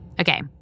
Okay